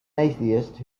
atheist